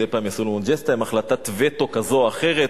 מדי פעם יעשו לנו ג'סטה עם החלטת וטו כזו או אחרת.